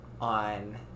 on